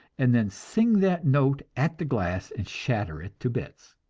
and then sing that note at the glass and shatter it to bits.